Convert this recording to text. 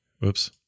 Whoops